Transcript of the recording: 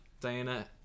Diana